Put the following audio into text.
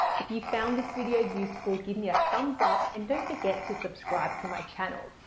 if you found this video useful, give me ah thumbs up and don't forget to subscribe to my channel.